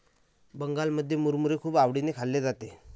बंगालमध्ये मुरमुरे खूप आवडीने खाल्ले जाते